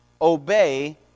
obey